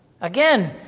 Again